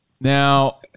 Now